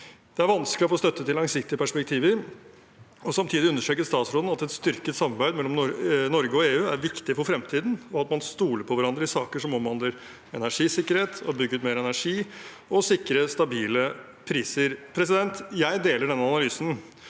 det er vanskelig å få støtte til langsiktige perspektiver, og samtidig understreket han at et styrket samarbeid mellom Norge og EU er viktig for fremtiden – at man stoler på hverandre i saker som omhandler energisikkerhet, bygger ut mer energi og sikrer stabile priser. Jeg deler den analysen,